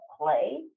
play